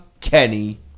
kenny